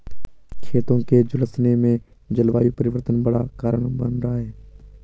खेतों के झुलसने में जलवायु परिवर्तन बड़ा कारण बन रहा है